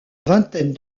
vingtaine